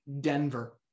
Denver